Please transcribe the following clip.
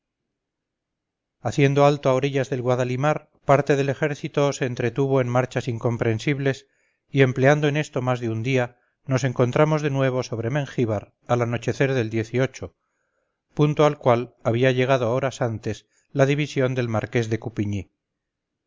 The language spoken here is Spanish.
haciendo alto a orillas del guadalimas parte del ejército se entretuvo en marchas incomprensibles y empleando en esto más de un día nos encontramos de nuevo sobre mengíbar al anochecer del punto al cual había llegado horas antes la división del marqués de